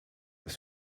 das